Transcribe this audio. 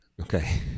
Okay